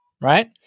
right